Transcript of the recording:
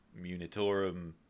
Munitorum